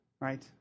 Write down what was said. right